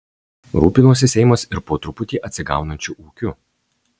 rūpinosi seimas ir po truputį atsigaunančiu ūkiu